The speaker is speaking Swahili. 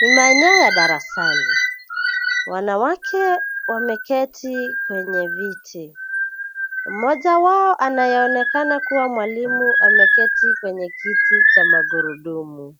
Ni maeneo ya darasani, wanawake, wameketi, kwenye viti, mmoja wao anayeonekana kuwa mwalimu ameketi kwenye kiti cha magurudumu,